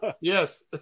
Yes